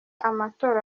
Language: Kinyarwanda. amatora